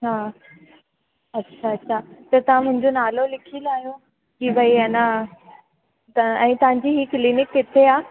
हा अछा अछा त तव्हां मुंहिंजो नालो लिखी लायो जे भाई आहे न त तव्हां जी क्लीनिक किथे आहे